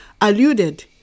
alluded